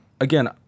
again